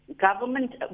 government